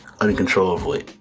uncontrollably